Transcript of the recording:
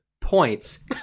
points